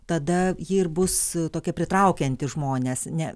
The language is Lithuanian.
tada ji ir bus tokia pritraukianti žmones ne